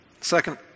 Second